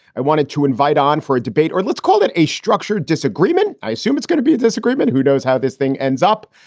i wanted to invite on for a debate or let's call it a structured disagreement. i assume it's going to be a disagreement. who knows how this thing ends up?